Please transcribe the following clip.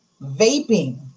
Vaping